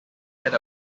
had